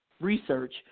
research